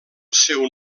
seu